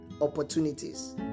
opportunities